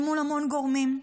אל מול המון גורמים.